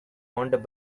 owned